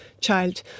child